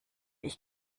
ich